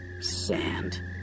Sand